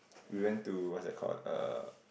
we went to what's that called uh